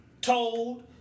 told